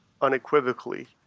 unequivocally